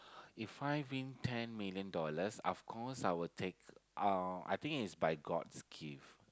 If I win ten million dollars of course I will take uh I think is by god's gift